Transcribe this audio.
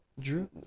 Drew